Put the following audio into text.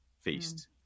feast